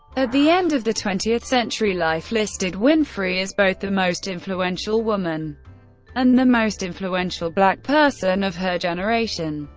at the end of the twentieth century, life listed winfrey as both the most influential woman and the most influential black person of her generation,